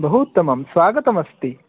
बहूत्तमं स्वागतमस्ति